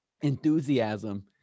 enthusiasm